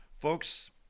Folks